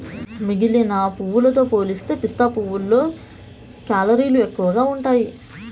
మిగిలిన పప్పులతో పోలిస్తే పిస్తా పప్పులో కేలరీలు ఎక్కువగా ఉంటాయి